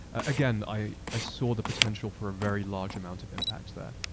again, i i saw the potential for a very large amount of impact there.